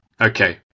Okay